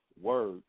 word